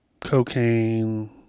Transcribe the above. cocaine